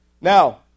Now